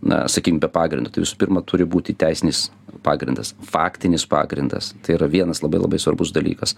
na sakykim be pagrindo tai visų pirma turi būti teisinis pagrindas faktinis pagrindas tai yra vienas labai labai svarbus dalykas